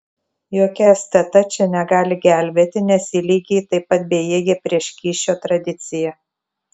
jokia stt čia negali gelbėti nes ji lygiai taip pat bejėgė prieš kyšio tradiciją